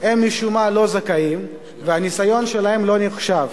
הם משום מה לא זכאים והניסיון שלהם לא נחשב.